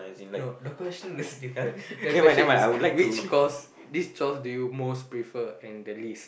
I know the question is~ different the question is which chores which chores do you most prefer and the least